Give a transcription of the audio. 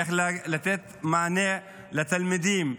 איך לתת מענה לתלמידים,